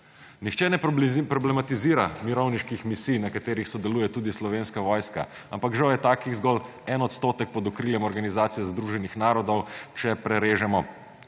Nihče ne problematizira mirovniških misij, na katerih sodeluje tudi Slovenska vojska, ampak žal je takih zgolj 1 % pod okriljem Organizacije združenih narodov, če prerežemo